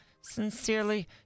Sincerely